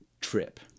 trip